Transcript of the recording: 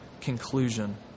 conclusion